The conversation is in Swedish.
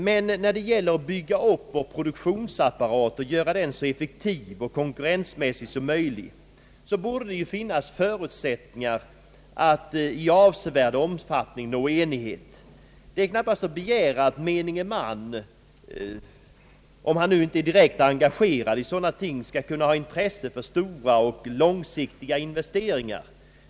Men när det gäller att bygga upp vår produktionsapparat och göra den så effektiv och konkurrenskraftig som möjligt borde det finnas förutsättningar att i avsevärd omfattning nå enighet. Det är knappast att begära att menige man, om han nu inte är direkt engagerad i sådana ting, skall kunna ha intresse för stora och långsiktiga investeringar.